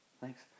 Thanks